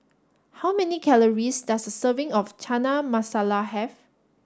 how many calories does a serving of Chana Masala have